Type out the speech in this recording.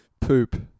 Poop